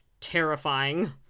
terrifying